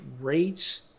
rates